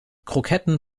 kroketten